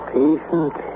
patient